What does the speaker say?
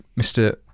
Mr